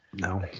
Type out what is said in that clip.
No